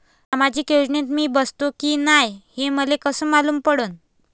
सामाजिक योजनेत मी बसतो की नाय हे मले कस मालूम पडन?